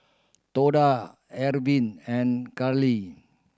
Tonda Arvin and Garlee